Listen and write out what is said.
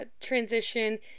transition